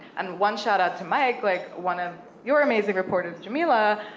and one shout out to mic, like one of your amazing reports, jamelia,